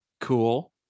Cool